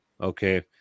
okay